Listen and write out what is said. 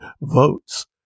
votes